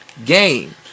game